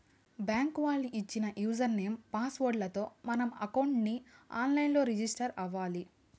bank వాళ్ళు ఇచ్చిన user name, password లతో మనం అకౌంట్ ని ఆన్ లైన్ లో రిజిస్టర్ అవ్వాలి